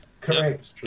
Correct